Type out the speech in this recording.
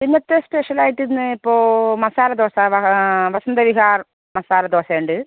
ഇന്നത്തെ സ്പെഷ്യൽ ആയിട്ട് ഇന്ന് ഇപ്പോൾ മസാല ദോശ വ വസന്ത വിഹാർ മസാല ദോശ ഉണ്ട്